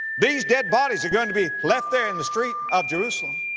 these dead bodies are going to be left there in the street of jerusalem.